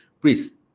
Please